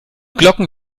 glocken